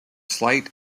slight